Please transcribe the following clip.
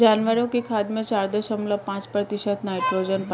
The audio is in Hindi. जानवरों की खाद में चार दशमलव पांच प्रतिशत नाइट्रोजन पाई जाती है